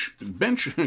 Bench